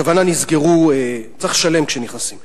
הכוונה, צריך לשלם כשנכנסים.